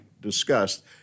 discussed